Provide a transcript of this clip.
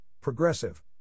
progressive